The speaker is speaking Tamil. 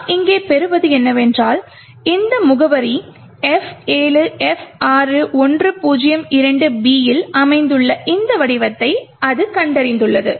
நாம் இங்கே பெறுவது என்னவென்றால் இந்த முகவரி F7F6102B இல் அமைந்துள்ள ஒரு வடிவத்தை அது கண்டறிந்துள்ளது